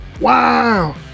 wow